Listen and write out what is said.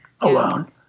alone